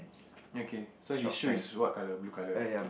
okay so his shoe is what colour blue colour right